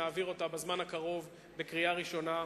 נעביר אותו בזמן הקרוב בקריאה ראשונה,